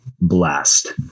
blast